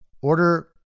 order